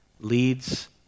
Leads